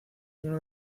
uno